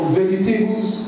vegetables